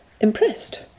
impressed